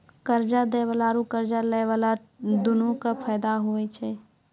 कर्जा दै बाला आरू कर्जा लै बाला दुनू के फायदा होय छै